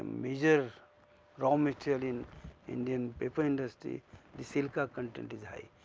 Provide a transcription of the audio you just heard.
major raw material in indian paper industry the silica content is high.